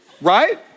Right